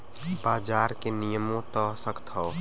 बाजार के नियमों त सख्त हौ